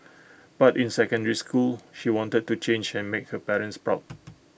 but in secondary school she wanted to change and make her parents proud